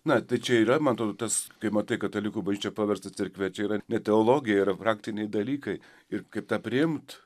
na tai čia yra man atrodo tas kai matai katalikų bažnyčią paversta cerkve čia yra ne teologija yra praktiniai dalykai ir kaip tą priimt